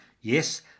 Yes